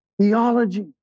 theology